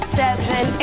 seven